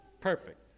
Perfect